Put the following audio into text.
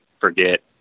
forget